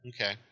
Okay